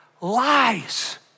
lies